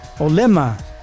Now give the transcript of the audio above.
Olema